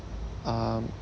um